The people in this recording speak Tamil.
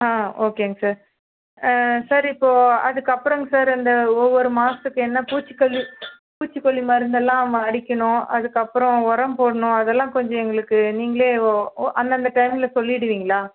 ஆ ஓகேங்க சார் சார் இப்போ அதற்கப்புறங்க சார் இந்த ஒவ்வொரு மாதத்துக்கு என்ன பூச்சிக்கொல்லி பூச்சிக்கொல்லி மருந்தெல்லாம் அடிக்கணும் அதற்கப்புறம் ஒரம் போடணும் அதெல்லாம் கொஞ்சம் எங்களுக்கு நீங்களே ஓ ஓ அந்தந்த டைமில் சொல்லிவிடுவீங்களா